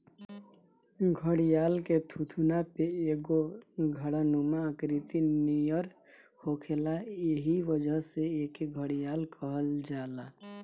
घड़ियाल के थुथुना पे एगो घड़ानुमा आकृति नियर होखेला एही वजह से एके घड़ियाल कहल जाला